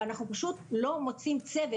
ואנחנו פשוט לא מוצאים צוות.